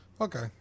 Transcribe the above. okay